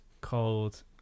called